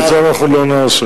ואת זה אנחנו לא נעשה.